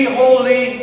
holy